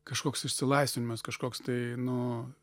kažkoks išsilaisvinimas kažkoks tai nu